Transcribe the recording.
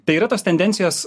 tai yra tos tendencijos